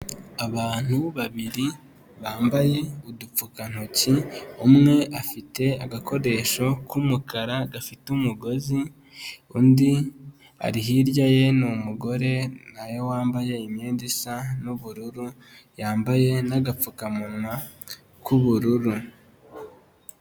Abantu babiri bambaye udupfukantoki, umwe afite agakoresho k'umukara gafite umugozi, undi ari hirya ye ni umugore na we wambaye imyenda isa n'ubururu, yambaye n'agapfukamunwa k'ubururu.